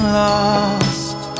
lost